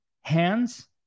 Hands